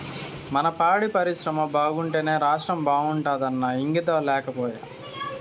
మన పాడి పరిశ్రమ బాగుంటేనే రాష్ట్రం బాగుంటాదన్న ఇంగితం లేకపాయే